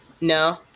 No